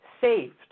saved